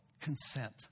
consent